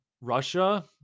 Russia